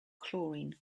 chlorine